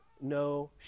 no